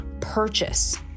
purchase